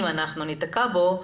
אם אנחנו ניתקע בו,